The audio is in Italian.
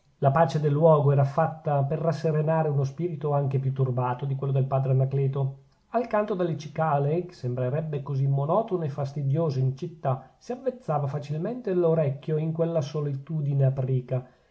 la pace del luogo era fatta per rasserenare uno spirito anche più turbato di quello del padre anacleto al canto delle cicale che sembrerebbe così monotono e fastidioso in città si avvezzava facilmente l'orecchio in quella solitudine aprica